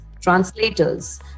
translators